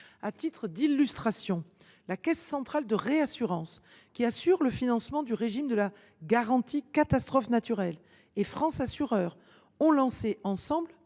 À titre d’illustration, la Caisse centrale de réassurance, qui assure le financement du régime de la garantie catastrophe naturelle, et la fédération France Assureurs ont lancé ensemble